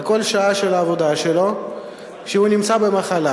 על כל שעה של העבודה שלו כשהוא חולה.